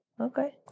Okay